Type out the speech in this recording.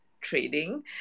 trading